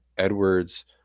Edwards